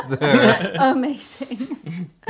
Amazing